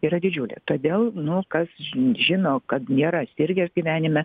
yra didžiulė todėl nu kas žino kad nėra sirgęs gyvenime